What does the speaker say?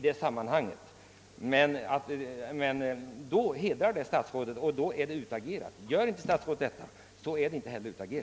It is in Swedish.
Då kommer många medborgare i vårt land att sätta i tvivelsmål herr Palme som kyrkooch skolminister.